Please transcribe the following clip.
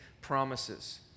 promises